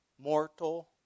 mortal